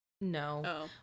No